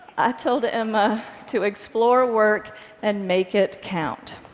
i told emma to explore work and make it count.